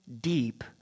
deep